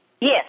Yes